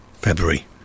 February